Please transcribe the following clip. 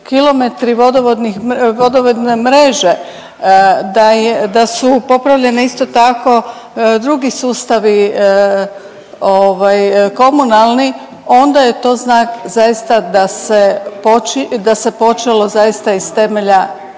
vodovodne mreže, da su popravljene isto tako drugi sustavi komunalni onda je to znak zaista da se počelo zaista iz temelja